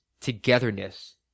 togetherness